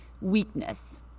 Weakness